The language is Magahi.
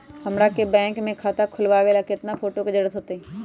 हमरा के बैंक में खाता खोलबाबे ला केतना फोटो के जरूरत होतई?